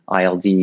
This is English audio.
ILD